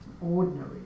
ordinary